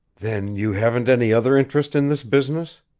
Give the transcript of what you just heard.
then you haven't any other interest in this business?